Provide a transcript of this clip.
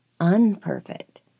unperfect